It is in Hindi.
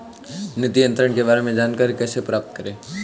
निधि अंतरण के बारे में जानकारी कैसे प्राप्त करें?